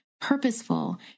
purposeful